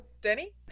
Denny